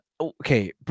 okay